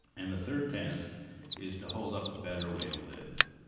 and the third task is to hold up a better way to live.